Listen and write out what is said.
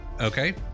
Okay